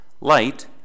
Light